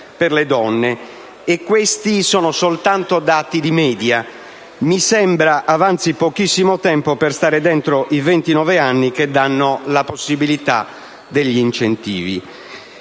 per le donne. Questi sono soltanto dati di media. Mi sembra avanzi pochissimo tempo per stare dentro i 29 anni che danno la possibilità degli incentivi.